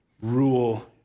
rule